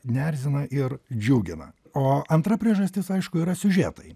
neerzina ir džiugina o antra priežastis aišku yra siužetai